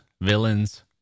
villains